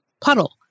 puddle